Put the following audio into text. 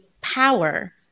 power